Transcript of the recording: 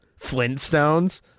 Flintstones